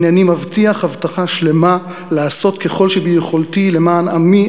הנני מבטיח הבטחה שלמה לעשות ככל שביכולתי למען עמי,